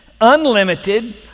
unlimited